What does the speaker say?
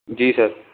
جی سر